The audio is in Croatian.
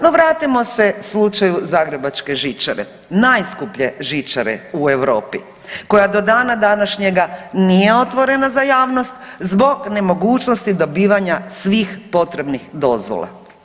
No vratimo se slušaju Zagrebačke žičare, najskuplje žičare u Europi koja do dana današnjega nije otvorena za javnost zbog nemogućnosti dobivanja svih potrebnih dozvola.